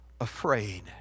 afraid